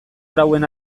arauen